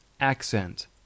Accent